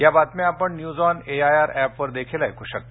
या बातम्या आपण न्यज ऑन एआयआर ऍपवर देखील ऐकू शकता